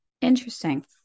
Interesting